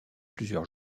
plusieurs